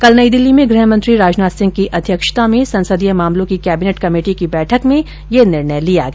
कल नई दिल्ली में गृह मंत्री राजनाथ सिंह की अध्यक्षता में संसदीय मामलों की कैबिनेट कमेटी की बैठक में यह निर्णय लिया गया